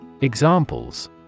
Examples